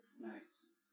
Nice